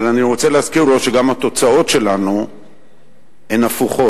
אבל אני רוצה להזכיר לו שגם התוצאות שלנו הן הפוכות.